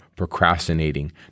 Procrastinating